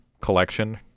Collection